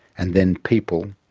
and then people,